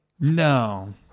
No